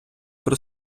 при